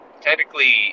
Technically